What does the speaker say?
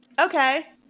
okay